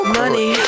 money